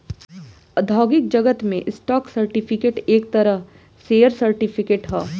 औद्योगिक जगत में स्टॉक सर्टिफिकेट एक तरह शेयर सर्टिफिकेट ह